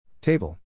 Table